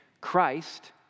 Christ